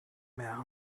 mehr